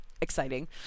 exciting